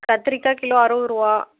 கத்திரிக்காய் கிலோ அறுபதுருவா